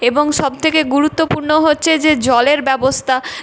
এবং সবথেকে গুরুত্বপূর্ণ হচ্চে যে জলের ব্যবস্থা